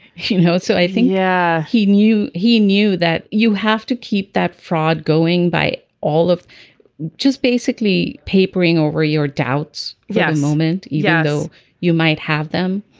he. so i think yeah he knew he knew that. you have to keep that fraud going by all of just basically papering over your doubts. yeah moment. you yeah know you might have them.